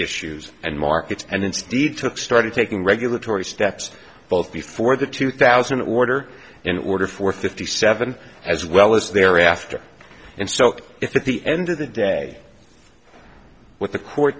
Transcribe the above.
issues and markets and it's deed took started taking regulatory steps both before the two thousand order in order for fifty seven as well as thereafter and so if at the end of the day what the court